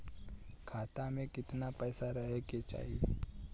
खाता में कितना पैसा रहे के चाही?